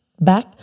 back